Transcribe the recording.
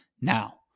Now